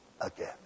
again